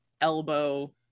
elbow